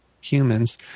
humans